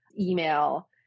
email